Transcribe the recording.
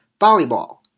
volleyball